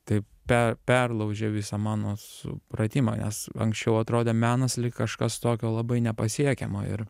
tai pe perlaužė visą mano supratimą nes anksčiau atrodė menas lyg kažkas tokio labai nepasiekiamo ir